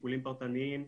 טיפולים פרטניים,